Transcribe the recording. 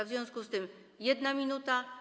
W związku z tym 1 minuta.